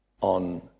on